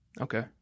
Okay